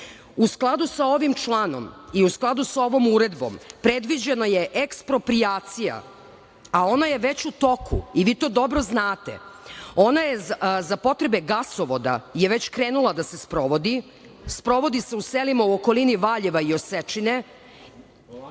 skladu sa ovim članom i u skladu sa ovom uredbom predviđena je eksproprijacija, a ona je već u toku i vi to dobro znate. Ona je za potrebe gasovoda već krenula da se sprovodi. Sprovodi se u selima u okolini Valjeva i Osečine